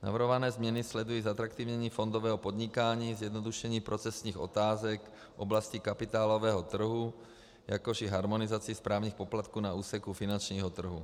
Navrhované změny sledují zatraktivnění fondového podnikání, zjednodušení procesních otázek v oblasti kapitálového trhu, jakož i harmonizaci správních poplatků na úseku finančního trhu.